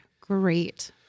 great